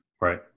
Right